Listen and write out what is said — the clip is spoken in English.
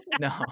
No